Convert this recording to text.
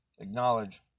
Acknowledge